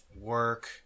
work